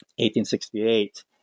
1868